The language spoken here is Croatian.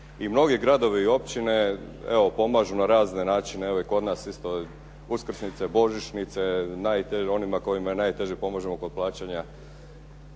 i mnogi gradovi i općine, evo pomažu na razne načine. Evo i kod nas isto uskršnjice, božićnice, onima kojima je najteže pomažemo kod plaćanja